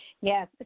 Yes